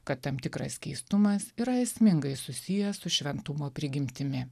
kad tam tikras keistumas yra esmingai susijęs su šventumo prigimtimi